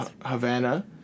Havana